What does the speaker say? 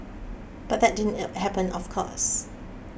but that didn't happen of course